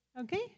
Okay